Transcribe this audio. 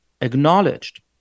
acknowledged